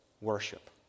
worship